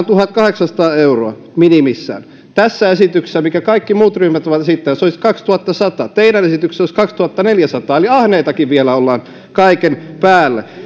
tuhatkahdeksansataa euroa minimissään tässä esityksessä minkä kaikki muut ryhmät ovat esittäneet se olisi kahdennentuhannennensadannen teidän esityksessä se olisi kaksituhattaneljäsataa eli ahneitakin vielä ollaan kaiken päälle